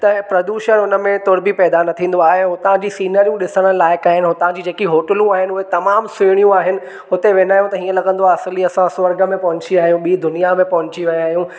त प्रदूषण हुन में तुर बि पैदा न थींदो आहे हुतां जी सिनरूं ॾिसण लाइक़ु आहिनि हुतां जी जेकी होटलूं आहिनि उहे तमामु सुहिणियूं आहिनि हुते वेंदा आहियूं त हीअं लॻंदो आहे असली असां स्वर्ग में पहुची आहियूं बि दुनिया में पहुची विया आहियूं